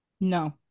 No